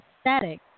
static